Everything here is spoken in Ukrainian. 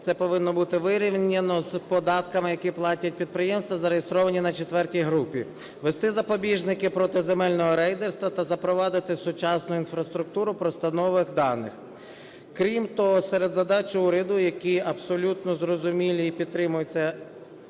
це повинно бути вирівняно з податками, які платять підприємства, зареєстровані на четвертій групі. Ввести запобіжники проти земельного рейдерства та запровадити сучасну інфраструктуру просторових даних. Крім того, серед задач уряду, які абсолютно зрозумілі і підтримуються,